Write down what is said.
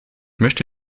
möchte